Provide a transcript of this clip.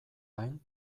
gain